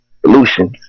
solutions